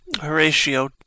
Horatio